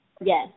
Yes